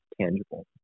tangible